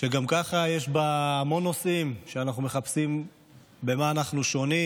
שגם ככה יש בה המון נושאים שבהם אנחנו מחפשים במה אנחנו שונים